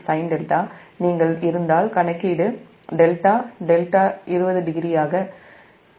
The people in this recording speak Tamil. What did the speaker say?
926 sinδ நீங்கள் இருந்தால் கணக்கிடுδ δ 200ஆக